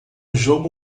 jogo